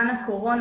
הקורונה